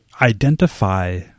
identify